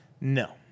no